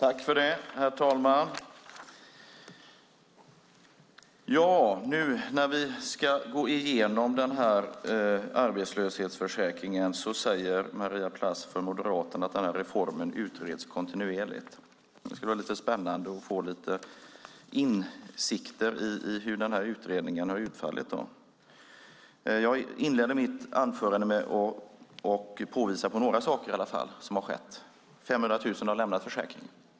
Herr talman! Nu när vi ska gå igenom denna arbetslöshetsförsäkring säger Maria Plass från Moderaterna att denna reform utreds kontinuerligt. Det vore spännande att få lite insikter i hur denna utredning har utfallit. Jag inledde mitt anförande med att påvisa några saker som har skett. 500 000 har lämnat försäkringen.